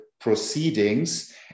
proceedings